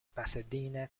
pasadena